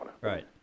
right